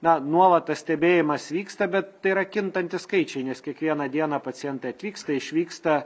na nuolat tas stebėjimas vyksta bet tai yra kintantys skaičiai nes kiekvieną dieną pacientai atvyksta išvyksta